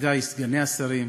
ידידי סגני השרים,